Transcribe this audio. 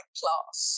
class